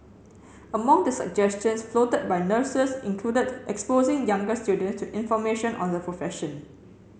among the suggestions floated by nurses included exposing younger students to information on the profession